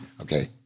Okay